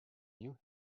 new